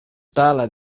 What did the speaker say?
ballad